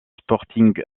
sporting